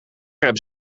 hebben